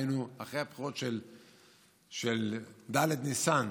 אחרי הבחירות של ד' בניסן